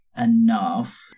enough